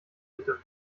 bitte